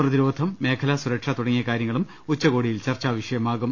പ്രതിരോധം മേഖലാ സുരക്ഷ തുട ങ്ങിയ കാര്യങ്ങളും ഉച്ചകോടിയിൽ ചർച്ചാവിഷയമാകും